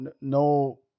no